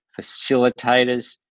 facilitators